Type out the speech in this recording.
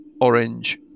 orange